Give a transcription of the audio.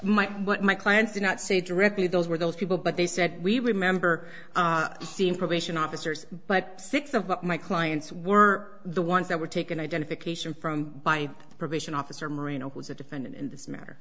but my clients did not say directly those were those people but they said we remember seeing probation officers but six of my clients were the ones that were taken identification from by the probation officer marino was a defendant in this matter